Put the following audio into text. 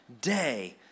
day